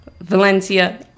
Valencia